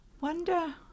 wonder